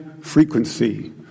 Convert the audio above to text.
frequency